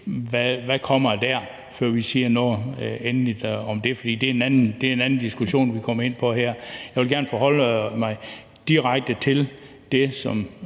hvad der kommer der, før vi siger noget endeligt om det. For det er en anden diskussion, vi kommer ind på her. Jeg vil gerne forholde mig direkte til det, som